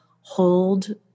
hold